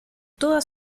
toda